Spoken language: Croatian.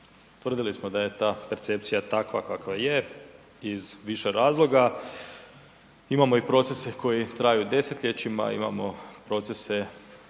Utvrdili smo da je ta percepcija takva kakva je, iz više razloga, imamo i procese koji traju desetljećima, imamo procese